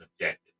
objective